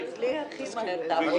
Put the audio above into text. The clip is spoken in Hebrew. מסיבות אלה ואחרות.